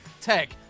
Tech